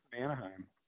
Anaheim